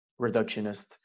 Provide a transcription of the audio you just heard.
reductionist